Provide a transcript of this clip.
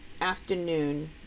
afternoon